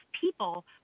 people